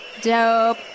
Dope